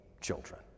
children